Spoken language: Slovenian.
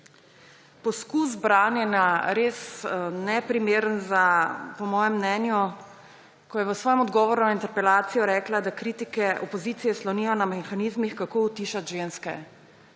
poskus branjenja, po mojem mnenju res neprimeren, ko je v svojem odgovoru na interpelacijo rekla, da kritike opozicije slonijo na mehanizmih, kako utišati ženske.